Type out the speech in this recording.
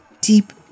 deep